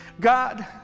God